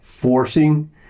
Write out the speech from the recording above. forcing